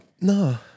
No